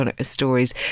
stories